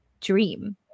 dream